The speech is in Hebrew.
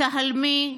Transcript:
תהלמי,